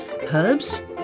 herbs